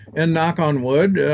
and knock on wood,